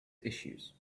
issues